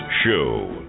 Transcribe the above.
Show